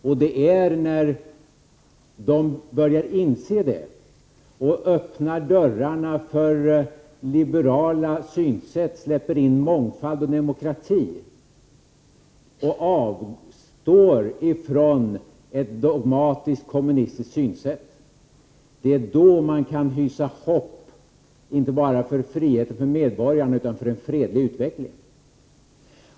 Det är först när man börjar inse det och när man öppnar dörrarna för liberala synsätt, släpper in mångfald och demokrati och avstår från ett dogmatiskt kommunistiskt synsätt som det finns hopp — inte bara för medborgarnas frihet utan också för en fredlig utveckling.